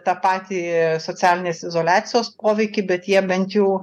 tą patį socialinės izoliacijos poveikį bet jie bent jau